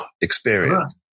experience